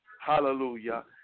Hallelujah